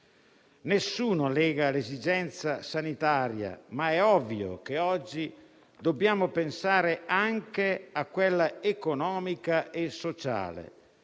Nessuno nega l'emergenza sanitaria, ma è ovvio che oggi dobbiamo pensare anche a quella economica e sociale.